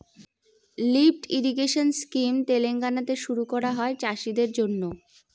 lift irrigation scheme তেলেঙ্গানাতে শুরু করা হয় চাষীদের জন্য